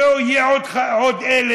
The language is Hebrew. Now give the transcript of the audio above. שלא יהיה עוד 1000,